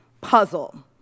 puzzle